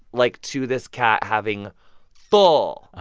like, to this cat having full.